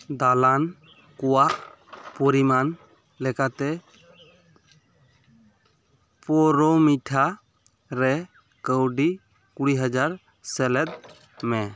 ᱫᱟᱞᱟᱱ ᱠᱚᱣᱟᱜ ᱯᱚᱨᱤᱢᱟᱱ ᱞᱮᱠᱟᱛᱮ ᱯᱳᱨᱳᱢᱤᱴᱷᱟ ᱨᱮ ᱠᱟᱹᱣᱰᱤ ᱠᱩᱲᱤ ᱦᱟᱡᱟᱨ ᱥᱮᱞᱮᱫ ᱢᱮ